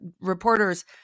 reporters